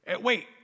wait